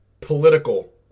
political